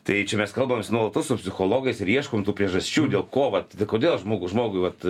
tai čia mes kalbamės nuolatos su psichologais ir ieškom tų priežasčių dėl ko vat kodėl žmogus žmogui vat